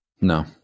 No